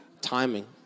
Timing